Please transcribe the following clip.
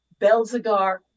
Belzegar